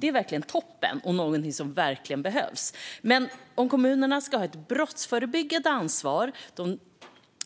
Det är verkligen toppen och något som behövs, men om kommunerna ska ha ett brottsförebyggande ansvar,